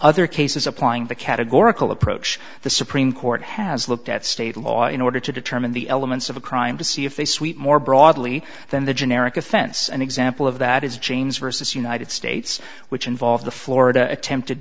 other cases applying the categorical approach the supreme court has looked at state law in order to determine the elements of a crime to see if they sweep more broadly than the generic offense an example of that is chains versus united states which involve the florida attempted